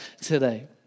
today